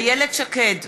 איילת שקד,